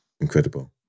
Incredible